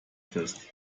fest